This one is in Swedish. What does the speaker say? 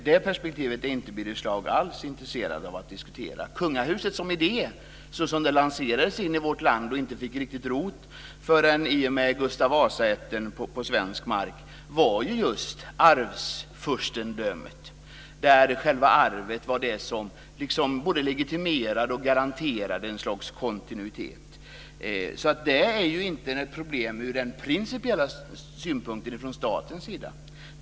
Det perspektivet är Birger Schlaug inte alls intresserad av att diskutera. Kungahuset som idé, såsom det lanserades i vårt land och inte fick riktigt rot förrän i och med Gustav Vasa-ätten på svensk mark, var just arvfurstedömet, där själva arvet både legitimerade och garanterade ett slags kontinuitet. Det är inte något problem ur den principiella synpunkten från statens sida.